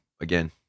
again